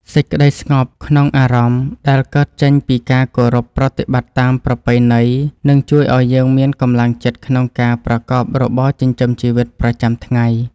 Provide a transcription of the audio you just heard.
សេចក្តីស្ងប់ក្នុងអារម្មណ៍ដែលកើតចេញពីការគោរពប្រតិបត្តិតាមប្រពៃណីនឹងជួយឱ្យយើងមានកម្លាំងចិត្តក្នុងការប្រកបរបរចិញ្ចឹមជីវិតប្រចាំថ្ងៃ។